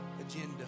agenda